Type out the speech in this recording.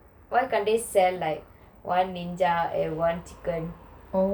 why can't they sell like one ninja and one chicken